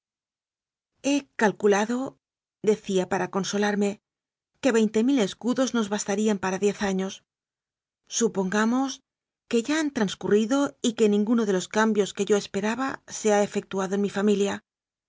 calculado decía para consolarme que veinte mil escudos nos bastarían para diez años supongamos que ya han transcurrido y que nin guno de los cambios que yo esperaba se ha efec tuado en mi familia